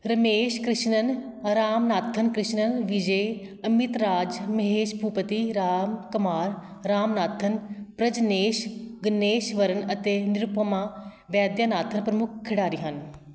ਰਮੇਸ਼ ਕ੍ਰਿਸ਼ਨਨ ਰਾਮਨਾਥਨ ਕ੍ਰਿਸ਼ਨਨ ਵਿਜੈ ਅਮਿਤਰਾਜ ਮਹੇਸ਼ ਭੂਪਤੀ ਰਾਮਕੁਮਾਰ ਰਾਮਨਾਥਨ ਪ੍ਰਜਨੇਸ਼ ਗੁਣੇਸ਼ਵਰਨ ਅਤੇ ਨਿਰੂਪਮਾ ਵੈਦਿਆਨਾਥਨ ਪ੍ਰਮੁੱਖ ਖਿਡਾਰੀ ਹਨ